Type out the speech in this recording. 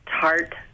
tart